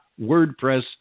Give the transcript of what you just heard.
WordPress